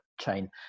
chain